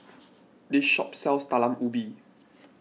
this shop sells Talam Ubi